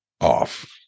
off